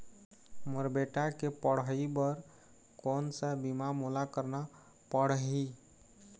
मोर बेटा के पढ़ई बर कोन सा बीमा मोला करना पढ़ही?